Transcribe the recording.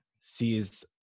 sees